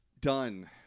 done